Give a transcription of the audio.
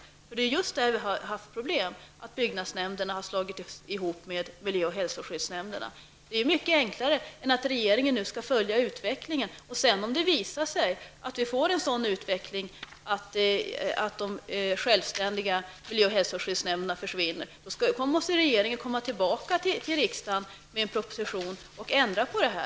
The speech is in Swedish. Det är just i fråga om detta som vi har haft problem, att byggnadsnämnder har slagits ihop med miljö och hälsoskyddsnämnder. Detta vore alltså mycket enklare än att regeringen nu skall följa utvecklingen. Om det sedan visar sig att vi får en utveckling som innebär att de självständiga miljö och hälsoskyddsnämnderna försvinner, måste regeringen komma tillbaka till riksdagen med en proposition och ändra på detta.